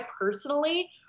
personally